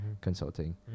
consulting